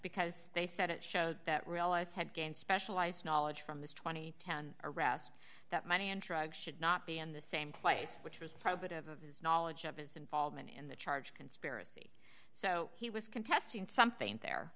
because they said it showed that realize had gained specialized knowledge from this two thousand and ten arrest that money and drugs should not be in the same place which is private of of his knowledge of his involvement in the charge conspiracy so he was contesting something there